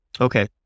Okay